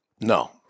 No